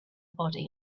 body